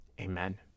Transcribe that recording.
Amen